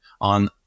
on